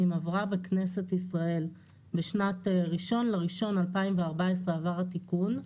עברה בכנסת ישראל ב-1.1.14 עבר התיקון,